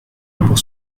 pour